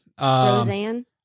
Roseanne